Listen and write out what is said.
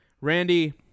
Randy